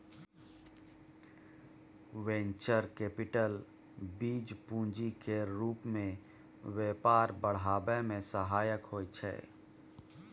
venture capital बीज पूंजी केर रूप मे व्यापार बढ़ाबै मे सहायक होइ छै